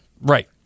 Right